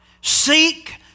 seek